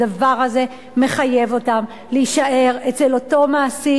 הדבר הזה מחייב אותם להישאר אצל אותו מעסיק